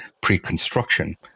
pre-construction